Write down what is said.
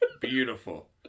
Beautiful